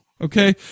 Okay